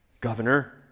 Governor